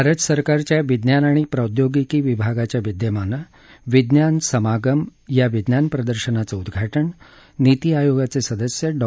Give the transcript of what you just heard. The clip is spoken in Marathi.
भारत सरकारच्या विज्ञान आणि प्रौद्योगिकी विभागाच्या विद्यमाने विज्ञान समागम या विज्ञान प्रदर्शनाचं उद्वाटन नीती आयोगाचे सदस्य डॉ